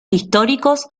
históricos